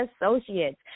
Associates